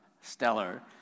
stellar